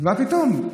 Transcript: מה פתאום?